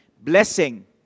blessing